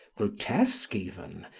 grotesque even,